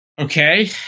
Okay